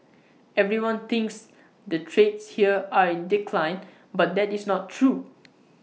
everyone thinks the trades here are in decline but that is not true